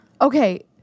Okay